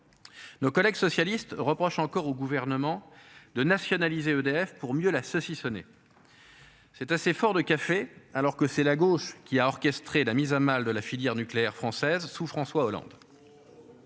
Nos collègues socialistes reprochent encore au gouvernement de nationaliser EDF pour mieux la saucissonner. C'est assez fort de café alors que c'est la gauche qui a orchestré la mise à mal de la filière nucléaire française sous François Hollande.